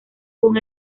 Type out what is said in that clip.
con